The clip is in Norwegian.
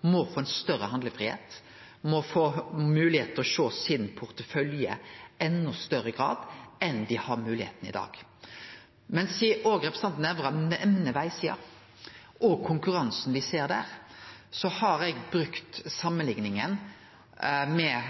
må få større handlefridom, få sjå sin portefølje i enda større grad enn det som er mogeleg for dei i dag. Men sidan representanten Nævra òg nemner vegsida og konkurransen me ser der, har eg brukt å samanlikne